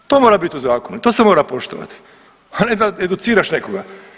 To mora biti u zakonu, to se mora poštovati, a ne da educiraš nekoga.